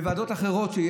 ובוועדות אחרות,